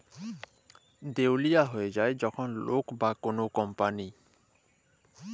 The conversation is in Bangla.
দেউলিয়া হঁয়ে যায় যখল লক বা কল কম্পালি